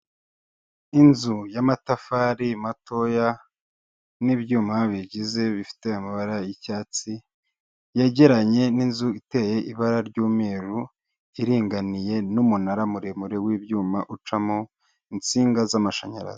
Inzu y'amatafari matoya n'ibyuma bigize bifite amabara y'icyatsi yegeranye n'inzu iteye ibara ry'umweru iringaniye n'umunara muremure w'ibyuma ucamo insinga z'amashanyarazi.